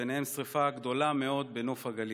ובהן שרפה גדולה מאוד בנוף הגליל.